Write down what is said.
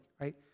right